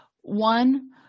One